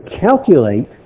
calculate